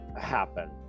happen